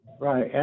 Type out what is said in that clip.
right